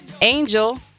Angel